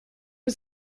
was